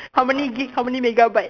how many gig how many megabyte